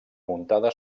muntada